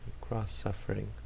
Cross-suffering